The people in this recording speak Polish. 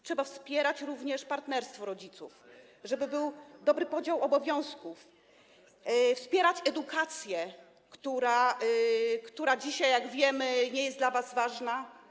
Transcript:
Trzeba wspierać również partnerstwo rodziców, żeby był dobry podział obowiązków, wspierać edukację, która dzisiaj, jak wiemy, nie jest dla was ważna.